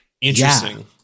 interesting